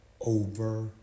over